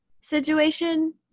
situation –